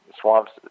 swamps